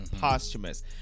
Posthumous